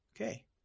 Okay